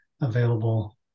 available